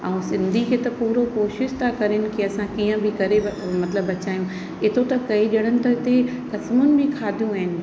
ऐं सिंधी खे त पूरो कोशिश था कनि की असां कीअं बि करे मतिलबु बचायूं केतिरो त कई ॼणनि त हिते कसमनि बि खादियूं आहिनि